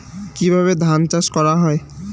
কিভাবে ধান চাষ করা হয়?